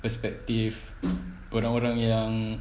perspective orang orang yang